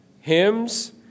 hymns